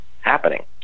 happening